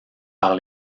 par